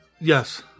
Yes